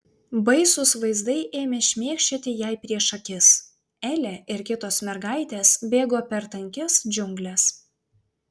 baisūs vaizdai ėmė šmėkščioti jai prieš akis elė ir kitos mergaitės bėgo per tankias džiungles